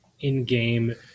in-game